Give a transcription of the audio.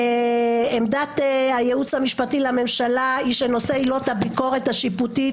עמדת הייעוץ המשפטי לממשלה היא שנושא עילות הביקורת השיפוטית,